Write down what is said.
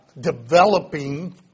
developing